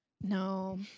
No